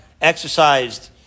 exercised